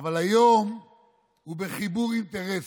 אבל היום הוא בחיבור אינטרסים,